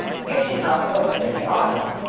union house opened in the autumn.